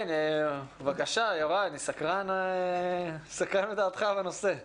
בבקשה, יוראי, אני סקרן לדעתך בנושא.